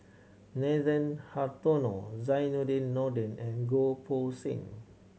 Nathan Hartono Zainudin Nordin and Goh Poh Seng